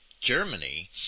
Germany